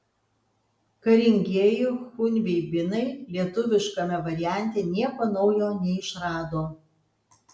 karingieji chunveibinai lietuviškame variante nieko naujo neišrado